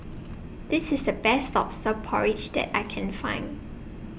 This IS The Best Lobster Porridge that I Can Find